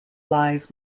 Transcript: lies